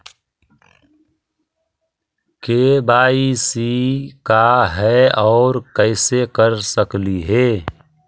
KYC का है, और कैसे कर सकली हे?